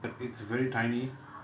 but it's very tiny